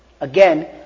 Again